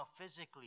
physically